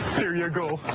there you go.